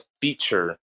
feature